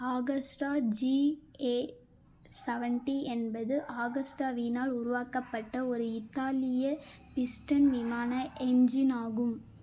Agusta G A seventy என்பது ஆகஸ்டாவினால் உருவாக்கப்பட்ட ஒரு இத்தாலிய பிஸ்டன் விமான எஞ்சின் ஆகும்